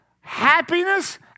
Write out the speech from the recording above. happiness